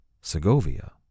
Segovia